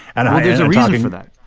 and there's a reason for that.